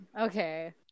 Okay